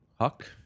Huck